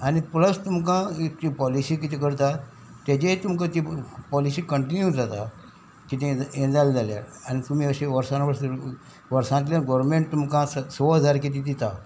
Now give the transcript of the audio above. आनी प्लस तुमकां ती पॉलिशी कितें करता तेजेय तुमकां ती पॉलिशी कंटिन्यू जाता कितें हें जालें जाल्यार आनी तुमी अशें वर्सान वर्स वर्सांतल्यान गोवोरमेंट तुमकां स हजार किदें दिता